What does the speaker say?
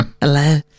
Hello